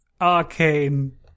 arcane